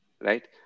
right